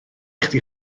chdi